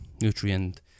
nutrient